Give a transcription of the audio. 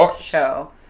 show